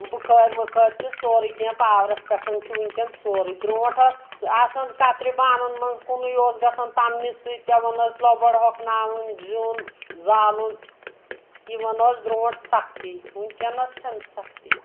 بُخٲرۍ وُخٲرۍ چھُ سورُے کینٛہہ پاورَس پؠٹھ چھُ وٕنکؠن سورُے برونٹھ ٲس آسان کَترِ بانَن منٛز کُنُے اوس گَژھان تَمنہِ سۭتۍ پؠون اوس لۄبَر ہۄکھناوُن زِیُن زالُن یِوان ٲسۍ بروٗنٹھ سختی وٕنکؠنس چھنہٕ سختی